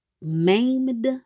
maimed